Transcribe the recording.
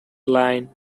line